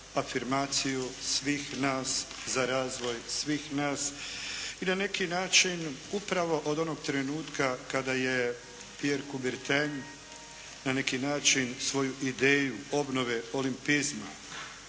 afirmaciju svih nas, za razvoj svih nas i na neki način upravo od onog trenutka kada je Piere Cuberten na neki način svoju ideju obnove olimpizma